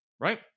Right